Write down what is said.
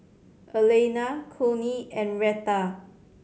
Elaina Connie and Reta